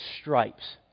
stripes